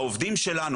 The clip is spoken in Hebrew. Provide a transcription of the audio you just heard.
העובדים שלנו,